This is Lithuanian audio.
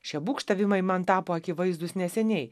šie būgštavimai man tapo akivaizdūs neseniai